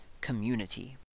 community